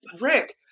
rick